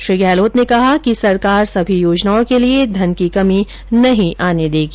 श्री गहलोत ने कहा कि सरकार सभी योजनाओं के लिए धन की कमी नहीं आने देगी